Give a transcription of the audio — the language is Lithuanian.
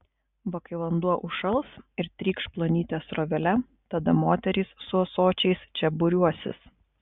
va kai vanduo užšals ir trykš plonyte srovele tada moterys su ąsočiais čia būriuosis